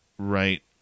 right